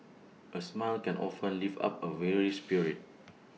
A smile can often lift up A weary spirit